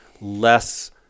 less